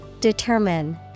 determine